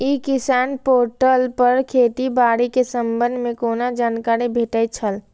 ई किसान पोर्टल पर खेती बाड़ी के संबंध में कोना जानकारी भेटय छल?